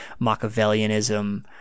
Machiavellianism